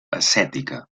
ascètica